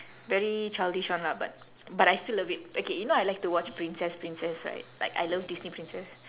very childish one lah but but I still love it okay you know I like to watch princess princess right like I love disney princess